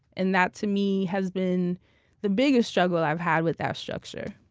and that to me has been the biggest struggle i've had with that structure.